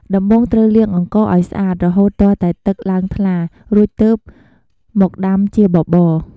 ដំបូងត្រូវលាងអង្ករឱ្យស្អាតរហូតទាល់តែទឹកឡើងថ្លា រួចទើបមកដាំជាបបរ។